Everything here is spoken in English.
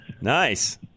Nice